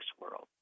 world